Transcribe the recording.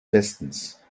bestens